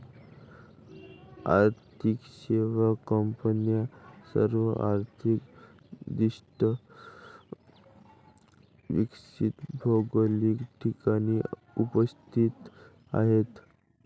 आर्थिक सेवा कंपन्या सर्व आर्थिक दृष्ट्या विकसित भौगोलिक ठिकाणी उपस्थित आहेत